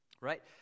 right